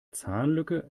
zahnlücke